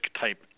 type